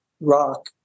rock